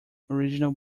original